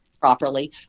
properly